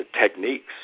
techniques